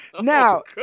now